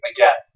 Again